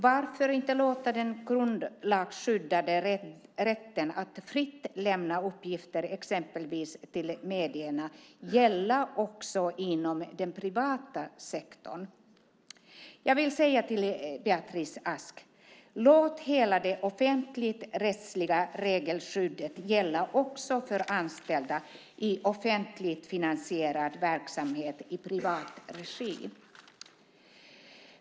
Varför inte låta den grundlagsskyddade rätten att fritt lämna uppgifter, exempelvis till medierna, gälla också inom den privata sektorn? Jag vill säga till Beatrice Ask: Låt hela det offentligrättsliga regelskyddet gälla också för anställda i offentligt finansierad verksamhet i privat regi!